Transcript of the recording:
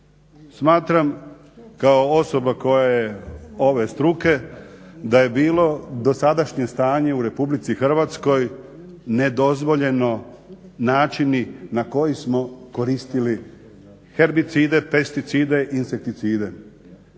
smatram kao osoba koja je ove struke da je bilo dosadašnje stanje u RH nedozvoljeno načini na koji smo koristili herbicide, pesticide i insekticide.